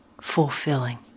fulfilling